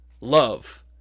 love